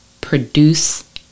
produce